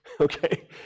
okay